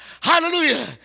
hallelujah